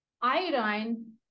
iodine